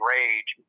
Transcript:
Rage